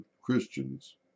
Christians